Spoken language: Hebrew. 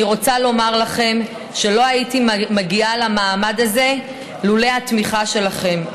אני רוצה לומר לכם שלא הייתי מגיעה למעמד הזה לולא התמיכה שלכם,